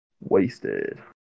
wasted